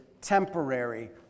temporary